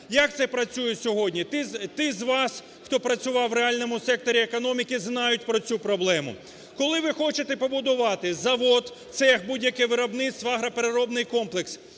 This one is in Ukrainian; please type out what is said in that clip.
Як це працює сьогодні? Ті з вас, хто працював у реальному секторі економіки, знають про цю проблему. Коли ви хочете побудувати завод, цех, будь-яке виробництво, агропереробний комплекс,